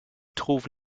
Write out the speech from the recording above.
trouve